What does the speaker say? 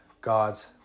God's